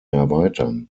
erweitern